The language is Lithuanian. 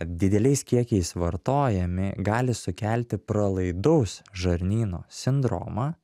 dideliais kiekiais vartojami gali sukelti pralaidaus žarnyno sindromą